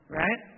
right